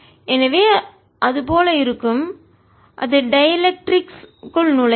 எனவே அது போல இருக்கும் அது டைஎலெக்ட்ரிக்ஸ் மின்கடத்தா வுக்குள் நுழையாது